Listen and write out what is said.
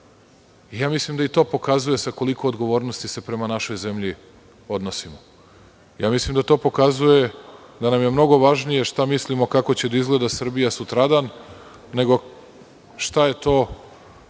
trenutku. Mislim da i to pokazuje sa koliko odgovornosti se prema našoj zemlji odnosimo. To pokazuje da nam je mnogo važnije šta mislimo kako će da izgleda Srbija sutradan, nego šta je to